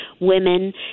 women